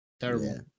terrible